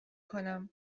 کنم